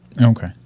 Okay